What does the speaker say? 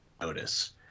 notice